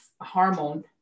hormone